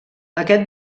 aquest